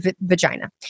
vagina